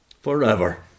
forever